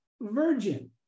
virgin